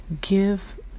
give